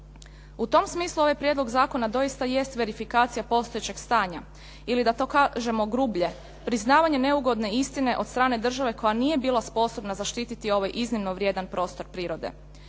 U tom smislu ovaj prijedlog zakona doista jest verifikacija postojećeg stanja ili da to kažemo grublje priznavanje neugodne istine od strane države koja nije bila sposobna zaštititi ovaj iznimno vrijedan prostor prirode.